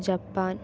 Japan